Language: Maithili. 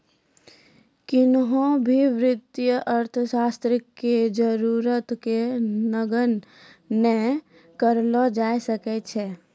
किन्हो भी वित्तीय अर्थशास्त्र के जरूरत के नगण्य नै करलो जाय सकै छै